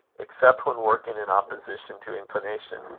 except when working in opposition to inclination.